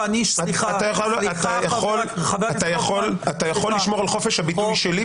ואני --- אתה יכול לשמור על חופש הביטוי שלי,